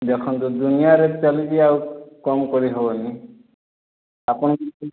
ଦେଖନ୍ତୁ ଦୁନିଆଁରେ ଚାଲିଛି ଆଉ କମ କରି ହେବ ନାହିଁ ଆପଣ